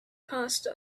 passed